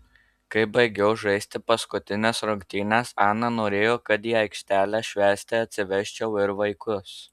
kai baigiau žaisti paskutines rungtynes ana norėjo kad į aikštelę švęsti atsivesčiau ir vaikus